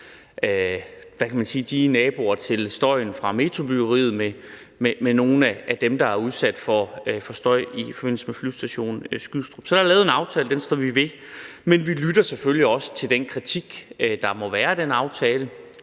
de naboer til støjen fra metrobyggeriet med nogle af dem, der er udsat for støj i forbindelse med Flyvestation Skrydstrup. Så der er lavet en aftale, og den står vi ved. Men vi lytter selvfølgelig også til den kritik, der må være, af den aftale